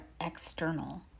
external